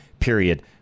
Period